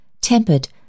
tempered